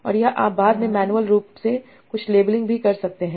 और यह आप बाद में मैन्युअल रूप से कुछ लेबलिंग भी कर सकते हैं